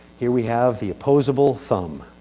here we have the opposable thumb.